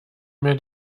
mehr